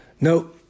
No